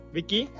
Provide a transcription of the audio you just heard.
Vicky